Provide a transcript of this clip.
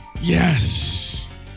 yes